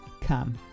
come